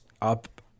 up